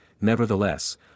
nevertheless